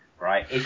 right